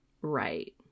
Right